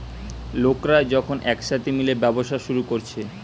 লোকরা যখন একসাথে মিলে ব্যবসা শুরু কোরছে